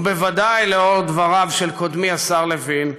ובוודאי לנוכח דבריו של קודמי השר לוין,